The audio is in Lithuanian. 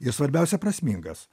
ir svarbiausia prasmingas